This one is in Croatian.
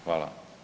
Hvala.